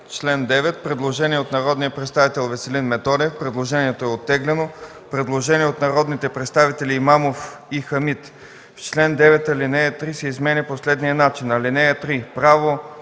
чл. 9 – предложение от народния представител Веселин Методиев. Предложението е оттеглено. Предложение от народните представители Имамов и Хамид – в чл. 9 ал. 3 се изменя по следния начин: „(3) Правото